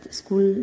school